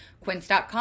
Quince.com